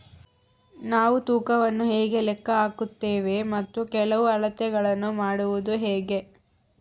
ನಾವು ತೂಕವನ್ನು ಹೇಗೆ ಲೆಕ್ಕ ಹಾಕುತ್ತೇವೆ ಮತ್ತು ಕೆಲವು ಅಳತೆಗಳನ್ನು ಮಾಡುವುದು ಹೇಗೆ?